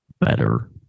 Better